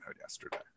yesterday